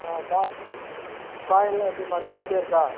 ஆ கா காயின்லாம் எப்படிம்மா இருக்கும் குவாலிட்டியாக இருக்கா